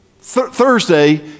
Thursday